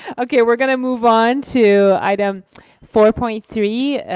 okay we're gonna move on to item four point three.